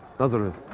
nazareth.